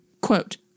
Quote